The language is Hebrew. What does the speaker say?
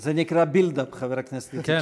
זה נקרא build up, חבר הכנסת שמולי.